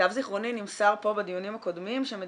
למיטב זכרוני נמסר פה בדיונים הקודמים שמדינת